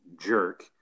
jerk